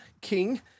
King